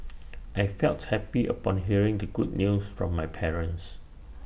I felt happy upon hearing the good news from my parents